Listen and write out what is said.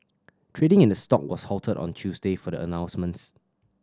trading in the stock was halted on Tuesday for the announcements